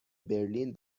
برلین